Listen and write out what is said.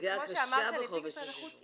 כפי שאמר כאן נציג משרד החוץ,